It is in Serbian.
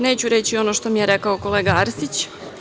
Neću reći ono što mi je rekao kolega Arsić.